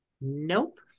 Nope